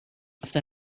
after